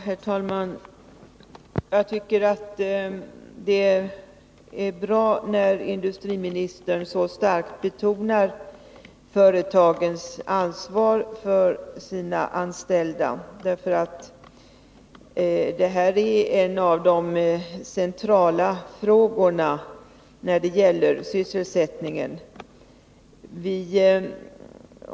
Herr talman! Jag tycker att det är bra när industriministern så starkt betonar företagens ansvar för sina anställda. Det här är nämligen en av de centrala frågorna när det gäller sysselsättningen.